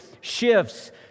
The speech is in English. shifts